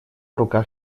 руках